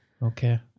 okay